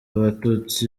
batutsi